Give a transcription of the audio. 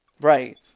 Right